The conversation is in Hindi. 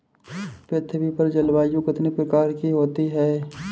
पृथ्वी पर जलवायु कितने प्रकार की होती है?